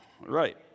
Right